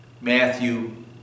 Matthew